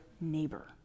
neighbor